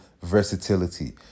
versatility